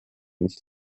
nicht